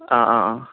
ആ ആ ആ